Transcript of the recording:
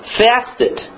fasted